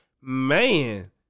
Man